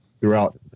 throughout